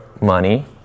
money